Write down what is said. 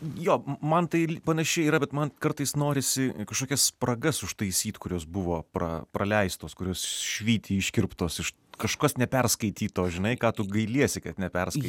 jo man tai i panašiai yra bet man kartais norisi kažkokias spragas užtaisyt kurios buvo pra praleistos kurios švyti iškirptos iš kažkas neperskaityto žinai ką tu gailiesi kad neperskai